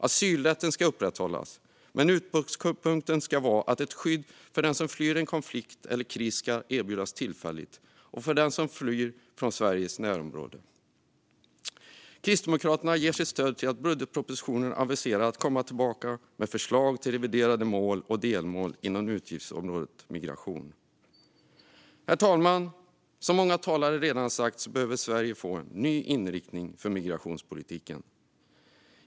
Asylrätten ska upprätthållas, men utgångspunkten ska vara att den som flyr en konflikt eller kris ska erbjudas tillfälligt skydd, liksom den som flyr från Sveriges närområde. Kristdemokraterna ger sitt stöd till att budgetpropositionen aviserar att komma tillbaka med förslag till reviderade mål och delmål inom utgiftsområdet migration. Herr talman! Som många talare redan sagt behöver Sverige få en ny inriktning för migrationspolitiken.